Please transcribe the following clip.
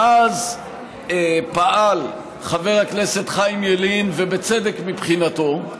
ואז פעל חבר הכנסת חיים ילין, ובצדק, מבחינתו,